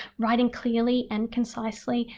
writing clearly and concisely,